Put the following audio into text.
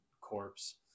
corpse